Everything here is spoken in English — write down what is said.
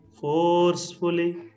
forcefully